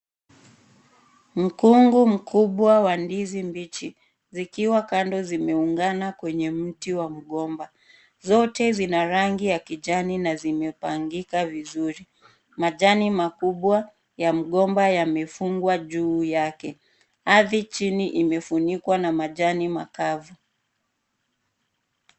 Mkungu mkubwa wa ndizi mbichi ikiwa kando zimeungana kwenye mti wa mgomba zote zina rangi ya kijani na majani mskubwa ya mgomba imefungwa juu yake hadi chini imefunikwa na majani makavu.